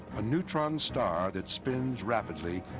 a neutron star that spins rapidly,